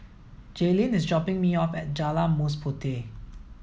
Jaelynn is dropping me off at Jalan Mas Puteh